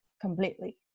completely